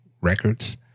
records